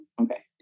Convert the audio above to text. Okay